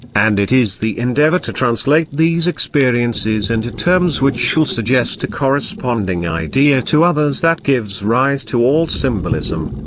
and it is the endeavour to translate these experiences into terms which shall suggest a corresponding idea to others that gives rise to all symbolism.